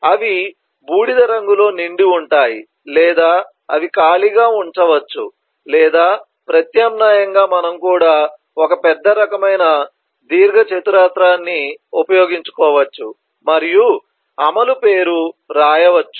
అవి బూడిద రంగులో నిండి ఉంటాయి లేదా అవి ఖాళీగా ఉంచవచ్చు లేదా ప్రత్యామ్నాయంగా మనం కూడా ఒక పెద్ద రకమైన దీర్ఘచతురస్రాన్ని ఉపయోగించుకోవచ్చు మరియు అమలు పేరు రాయవచ్చు